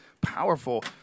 Powerful